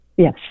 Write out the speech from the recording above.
Yes